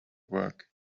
work